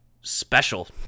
special